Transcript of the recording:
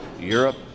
Europe